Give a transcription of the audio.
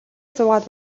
суугаад